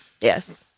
yes